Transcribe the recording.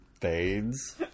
fades